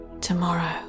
tomorrow